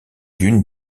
dunes